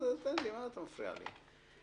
תן לי, אל תפריע לי.